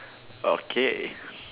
okay